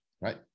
Right